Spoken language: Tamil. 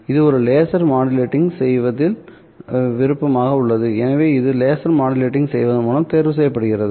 இது எனது லேசரை மாடுலேட்டிங் செய்வதில் விருப்பமாக உள்ளது எனவே இது லேசரை மாடுலேட்டிங் செய்வதன் மூலம் தேர்வு செய்யப்படுகிறது